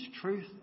truth